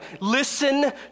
Listen